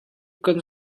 kan